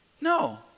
No